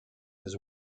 his